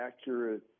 accurate